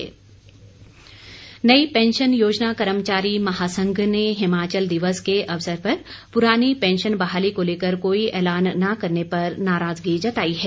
NPS नई pension योजना कर्मचारी महासंघ ने हिमाचल दिवस के अवसर पर पुरानी पैंशन बहाली को लेकर कोई ऐलान न करने पर नाराजगी जताई है